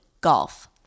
golf